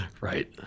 Right